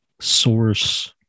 source